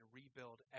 rebuild